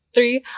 Three